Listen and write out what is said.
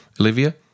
Olivia